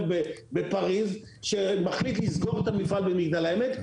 בפריז שמחליט לסגור את המפעל במגדל העמק.